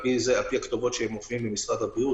את הכתובות שמופיעות במשרד הבריאות